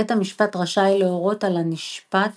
בית המשפט רשאי להורות על הנשפט